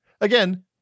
Again